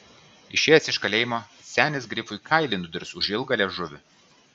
išėjęs iš kalėjimo senis grifui kailį nudirs už ilgą liežuvį